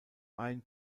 ein